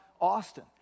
Austin